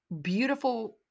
beautiful